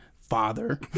Father